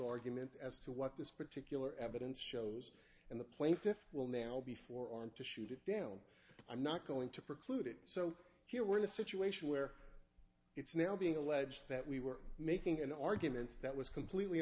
argument as to what this particular evidence shows and the plaintiff's will now before him to shoot it down i'm not going to preclude it so here we're in a situation where it's now being alleged that we were making an argument that was completely